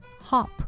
hop